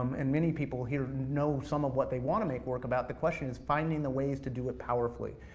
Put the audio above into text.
and many people here know some of what they wanna make work about, the question is finding the ways to do it powerfully,